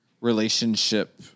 relationship